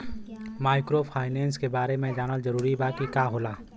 Microfinance के बारे में जानल जरूरी बा की का होला ई?